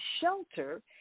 shelter